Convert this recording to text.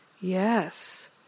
Yes